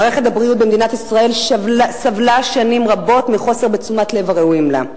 מערכת הבריאות בכנסת ישראל סבלה שנים רבות מחוסר בתשומת לב הראויה לה.